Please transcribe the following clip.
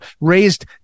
raised